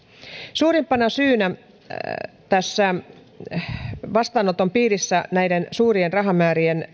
suurimpana syynä vastaanoton piirissä oleviin suuriin rahamääriin